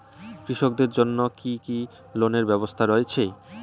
কৃষকদের জন্য কি কি লোনের ব্যবস্থা রয়েছে?